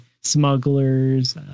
smugglers